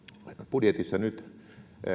budjetissa nyt